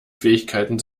fähigkeiten